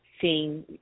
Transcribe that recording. seeing